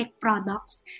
products